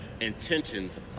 intentions